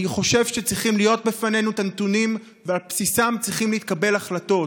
אני חושב שצריכים להיות בפנינו הנתונים ועל בסיסם צריכות להתקבל החלטות.